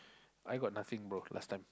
I got nothing bro last time